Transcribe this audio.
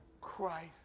Christ